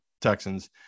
Texans